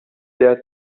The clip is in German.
der